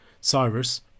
Cyrus